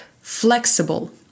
flexible